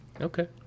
okay